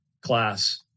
class